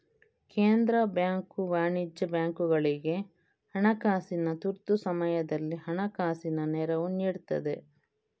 ಕೇಂದ್ರ ಬ್ಯಾಂಕು ವಾಣಿಜ್ಯ ಬ್ಯಾಂಕುಗಳಿಗೆ ಹಣಕಾಸಿನ ತುರ್ತು ಸಮಯದಲ್ಲಿ ಹಣಕಾಸಿನ ನೆರವು ನೀಡ್ತದೆ